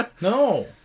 no